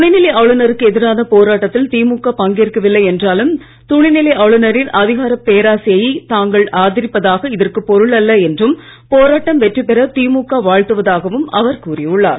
துணைநிலை ஆளுநருக்கு எதிரான போராட்டத்தில் திமுக பங்கேற்கவில்லை என்றாலும் துணைநிலை ஆளுநரின் அதிகாரப் பேராசையை தாங்கள் ஆதரிப்பதாக இதற்குப் பொருள் அல்ல என்றும் போராட்டம் வெற்றி பெற திமுக வாழ்த்துவதாகவும் அவர் கூறியுள்ளார்